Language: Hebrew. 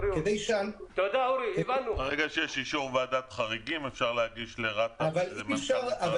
ברגע שיש אישור ועדת חריגים אפשר להגיש לרת"א --- ועדת